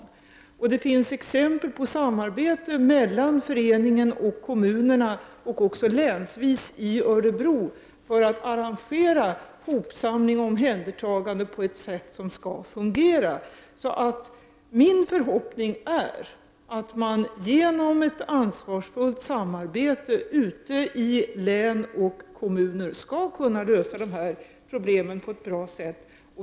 I t.ex. Örebro finns exempel på samarbete mellan föreningen och kommunen för att arrangera hopsamling och omhändertagande av miljöavfallet på ett bra sätt, så att det fungerar. Min förhoppning är att man genom ett ansvarsfullt samarbete ute i län och kommuner skall kunna lösa dessa problem på ett bra sätt.